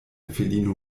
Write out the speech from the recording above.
filino